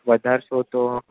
વધારશો તો